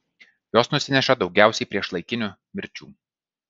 jos nusineša daugiausiai priešlaikinių mirčių